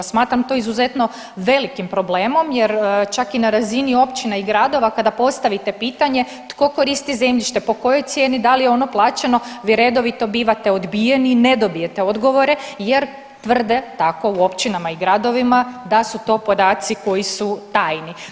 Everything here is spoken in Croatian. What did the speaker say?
Smatram to izuzetno velikim problemom jer čak i na razini općina i gradova kada postavite pitanje tko koristi zemljište, po kojoj cijeni, dali je ono plaćeno, vi redovito bivate odbijeni i ne dobijete odgovore jer tvrde tako u općinama i gradovima da su to podaci koji su tajni.